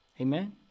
Amen